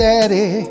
Daddy